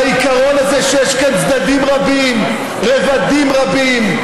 בעיקרון הזה שיש כאן צדדים רבים, רבדים רבים,